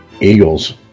Eagles